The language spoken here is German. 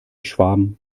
schwaben